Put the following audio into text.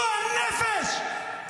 גועל נפש.